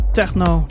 techno